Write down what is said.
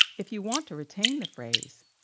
if you want to retain the phrase,